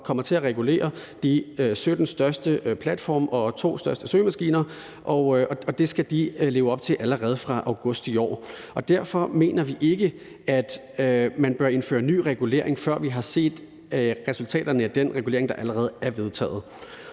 kommer til at regulere de 17 største platforme og 2 største søgemaskiner, og det skal de leve op til allerede fra august i år. Derfor mener vi ikke, at man bør indføre ny regulering, før vi har set resultaterne af den regulering, der allerede er vedtaget.